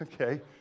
okay